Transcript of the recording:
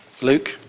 Luke